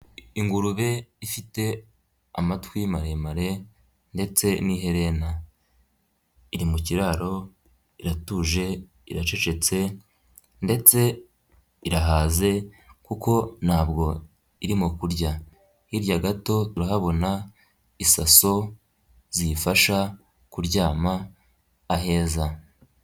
Ingurube ifite amatwi maremare ndetse n'iherena, iri mu kiraro iratuje, iracecetse ndetse irahaze kuko ntabwo irimo kurya, hirya gato turahabona isaso ziyifasha kuryama aheza.